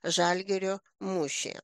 žalgirio mūšyje